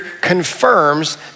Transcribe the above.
confirms